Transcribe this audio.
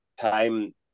time